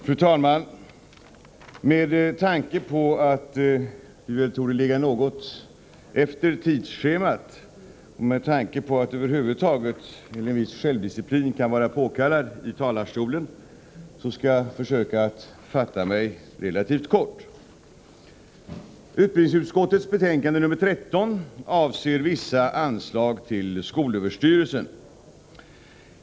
Fru talman! Med tanke på att vi torde ligga något efter tidsschemat och att över huvud taget en viss självdisciplin kan vara påkallad i talarstolen skall jag försöka att fatta mig relativt kort. Utbildningsutskottets betänkande 13 avser vissa anslag till skolöverstyrelsen.